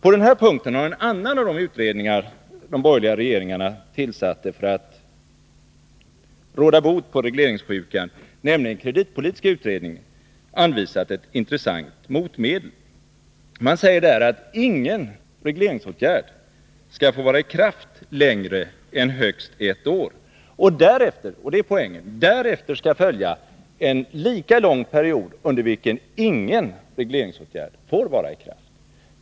På den punkten har en annan av de utredningar som de borgerliga regeringarna tillsatte för att råda bot på regleringssjukan, nämligen kreditpolitiska utredningen, anvisat ett intressant motmedel. Man säger att ingen regleringsåtgärd skall få vara i kraft längre än ett år. Därefter — och det är poängen — skall följa en lika lång period, under vilken ingen regleringsåtgärd får vara i kraft.